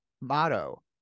Motto